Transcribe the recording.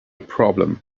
problem